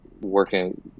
working